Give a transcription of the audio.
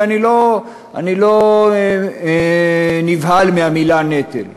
ואני לא נבהל מהמילה נטל,